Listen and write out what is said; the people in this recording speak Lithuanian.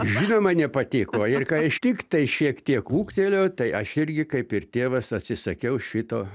žinoma nepatiko ir kai aš tiktai šiek tiek ūgtelėjau tai aš irgi kaip ir tėvas atsisakiau šito